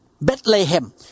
Bethlehem